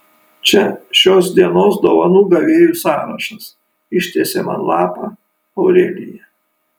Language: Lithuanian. čia šios dienos dovanų gavėjų sąrašas ištiesė man lapą aurelija